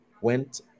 went